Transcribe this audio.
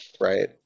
right